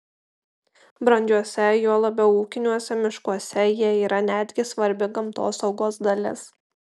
brandžiuose juo labiau ūkiniuose miškuose jie yra netgi svarbi gamtosaugos dalis